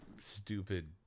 stupid